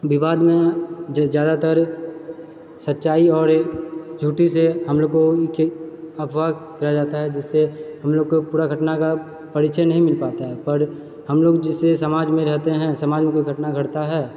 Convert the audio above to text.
विवादमे जे जादातर सच्चाइआओर झूठी से हमलोग को अफवाह कराया जाता है जिससे हमलोगके पूरा घटना का परिचय नही मिल पाता छै पर हमलोग जिस समाजमे रहते है समाजमे कोइ घटना घटता है